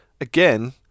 again